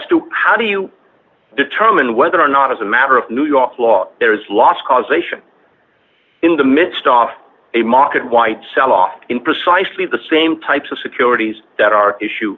as to how do you determine whether or not as a matter of new york law there is loss causation in the midst of a market white selloff in precisely the same types of securities that are issue